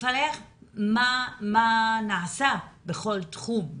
מה נעשה בכל תחום,